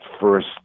first